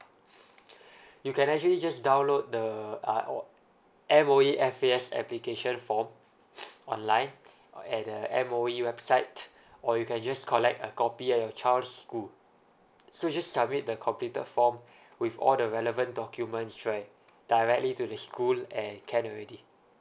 you can actually just download the uh or M_O_E F_A_S application form online or at the M_O_E website or you can just collect a copy at your child's school so just submit the completed form with all the relevant documents right directly to the school and can already